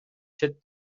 чет